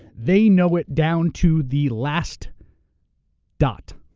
they know it down to the last dot,